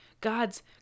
God's